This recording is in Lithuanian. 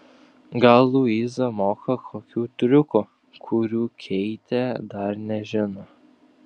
gal luiza moka kokių triukų kurių keitė dar nežino